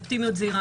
אופטימיות זהירה,